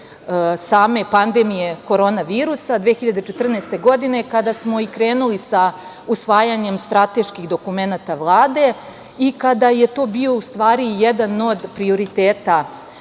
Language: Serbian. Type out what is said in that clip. same pandemije korona virusa, 2014. godine, kada smo i krenuli sa usvajanjem strateških dokumenata Vlade i kada je to bio u stvari jedan od prioriteta